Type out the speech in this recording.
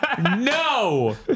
no